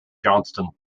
johnston